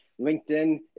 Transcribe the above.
LinkedIn